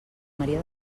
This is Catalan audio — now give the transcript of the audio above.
maria